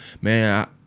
Man